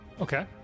Okay